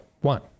one